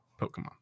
Pokemon